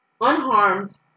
unharmed